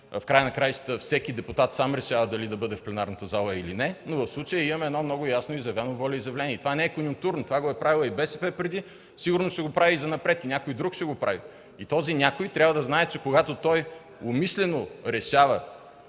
в края на краищата всеки депутат сам решава дали да бъде в пленарната зала или не, но в случая имаме едно много ясно изявено волеизявление. Това не е конюнктурно. Това го е правила и БСП преди, сигурно ще го прави и занапред и някой друг ще го прави, и този някой трябва да знае, че когато той умишлено решава